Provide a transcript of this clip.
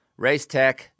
Racetech